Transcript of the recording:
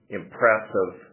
impressive